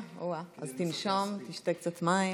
אז תנשום, תשתה קצת מים.